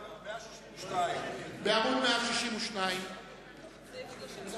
162. הסעיף האחרון בדף.